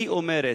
מי אומרת?